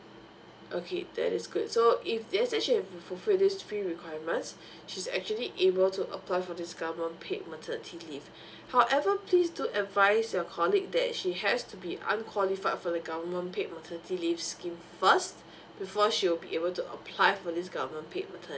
okay that's good so if there's actually fulfil this pre requirements she's actually able to apply for this government paid maternity leave however please do advise your colleague that she has to be unqualified for the government paid maternity leaves scheme first before she will be able to apply for this government paid maternity